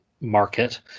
Market